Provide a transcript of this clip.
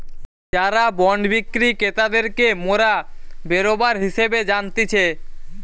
যারা বন্ড বিক্রি ক্রেতাদেরকে মোরা বেরোবার হিসেবে জানতিছে